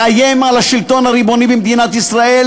לאיים על השלטון הריבוני במדינת ישראל